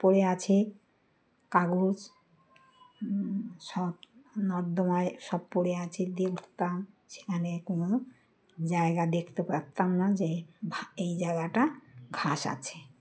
পড়ে আছে কাগজ সব নর্দমায় সব পড়ে আছে দেখতাম সেখানে কোনো জায়গা দেখতে পারতাম না যে এই জায়গা টা ঘাস আছে